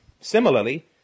Similarly